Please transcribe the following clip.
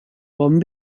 bon